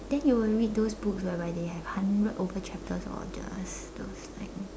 then you will read those books whereby they have hundred over chapters or just those like